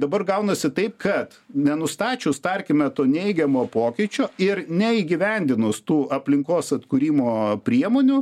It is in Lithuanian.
dabar gaunasi taip kad nenustačius tarkime to neigiamo pokyčio ir neįgyvendinus tų aplinkos atkūrimo priemonių